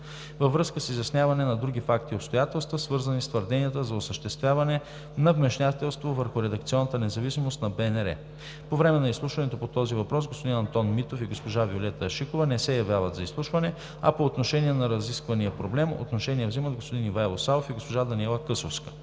във връзка с изясняване на други факти и обстоятелства, свързани с твърдения за осъществяване на вмешателство върху редакционната независимост на Българското национално радио. По време на изслушването по този въпрос господин Антон Митов и госпожа Виолета Ашикова не се явяват за изслушване, а по отношение на разисквания проблем отношение взимат господин Ивайло Савов и госпожа Даниела Късовска.